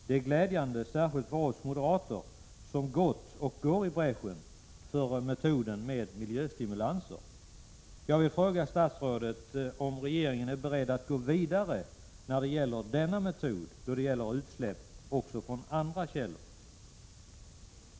Det är glädjande, särskilt för oss moderater som gått och går i bräschen för metoden med miljöstimulanser. Jag vill fråga statsrådet: Är regeringen beredd att gå vidare med denna metod då det gäller utsläpp från andra källor?